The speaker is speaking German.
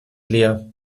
leer